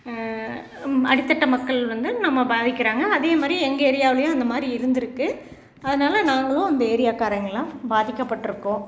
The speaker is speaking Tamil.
அடிதட்டு மக்கள் வந்து ரொம்ப பாதிக்கிறாங்க அதே மாதிரி எங்க ஏரியாவுலையும் அந்த மாதிரி இருந்துருக்கு அதனால நாங்களும் அந்த எரியங்காரங்கலான் பாதிக்கபட்டுருக்கோம்